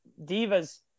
Divas